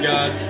God